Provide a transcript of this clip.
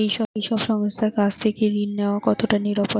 এই সব সংস্থার কাছ থেকে ঋণ নেওয়া কতটা নিরাপদ?